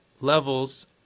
levels